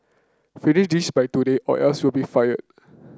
finish this by today or else you'll be fired